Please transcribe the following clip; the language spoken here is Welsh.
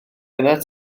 arnat